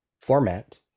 format